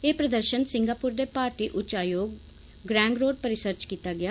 एह् प्रदर्षन सिंगापुर दे भारतीय उच्च आयोग ग्रेंग रोड परिसर च कीता गेआ